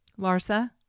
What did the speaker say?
Larsa